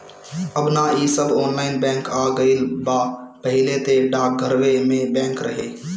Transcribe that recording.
अब नअ इ सब ऑनलाइन बैंक आ गईल बा पहिले तअ डाकघरवे में बैंक रहे